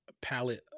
palette